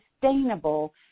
sustainable